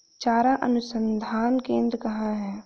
चारा अनुसंधान केंद्र कहाँ है?